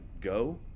go